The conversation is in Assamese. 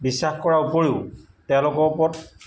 বিশ্বাস কৰাৰ উপৰিও তেওঁলোকৰ ওপৰত